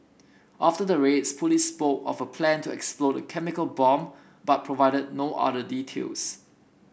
after the raids police spoke of a plan to explode a chemical bomb but provided no other details